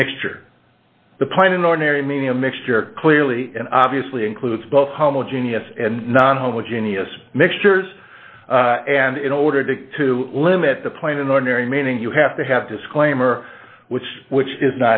of mixture the plane in ordinary meaning a mixture clearly obviously includes both homogeneous and non homogeneous mixtures and in order to to limit the plane in ordinary meaning you have to have disclaimer which which is